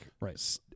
right